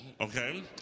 okay